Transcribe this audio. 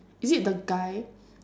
is it the guy